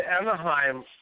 Anaheim